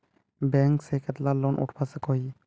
Bank से कतला loan उठवा सकोही?